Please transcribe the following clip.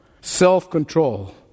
Self-control